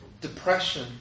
depression